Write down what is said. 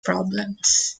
problems